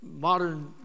modern